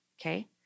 okay